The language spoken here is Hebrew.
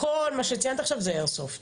כל מה שציינת עכשיו זה איירסופט.